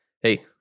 hey